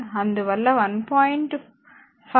5kwh అందువల్ల 1